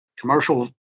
commercial